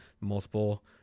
multiple